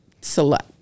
select